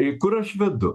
į kur aš vedu